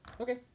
Okay